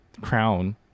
crown